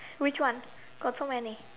which one got so many